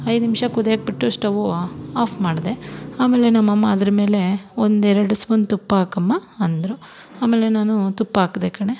ಐದು ನಿಮಿಷ ಕುದಿಯಕೆ ಬಿಟ್ಟು ಸ್ಟೌವು ಆಫ್ ಮಾಡಿದೆ ಆಮೇಲೆ ನಮ್ಮಅಮ್ಮ ಅದ್ರಮೇಲೆ ಒಂದೆರಡು ಸ್ಪೂನ್ ತುಪ್ಪ ಹಾಕಮ್ಮ ಅಂದರು ಆಮೇಲೆ ನಾನು ತುಪ್ಪ ಹಾಕ್ದೆ ಕಣೆ